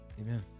Amen